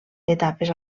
etapes